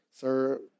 sir